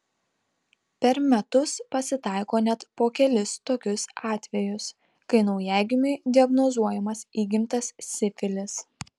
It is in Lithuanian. per metus pasitaiko net po kelis tokius atvejus kai naujagimiui diagnozuojamas įgimtas sifilis